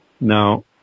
Now